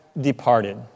departed